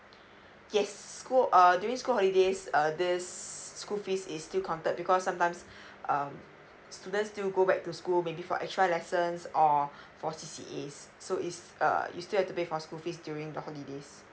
yes school uh during school holidays uh this uh school fees is still counted because sometimes um students still go back to school maybe for extra lessons or for C C As so is err you still have to pay for school fees during the holidays